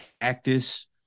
Cactus